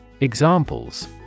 Examples